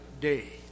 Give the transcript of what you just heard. day